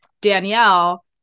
danielle